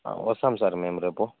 వస్తాం సార్ మేము రేపు